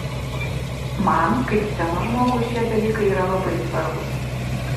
man kaip scenos žmogui šie dalykai yra labai svarbūs